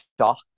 shock